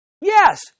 yes